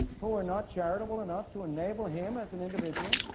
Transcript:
who were not charitable enough to enable him, as an individual.